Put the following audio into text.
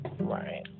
Right